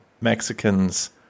mexicans